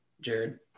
jared